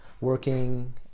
working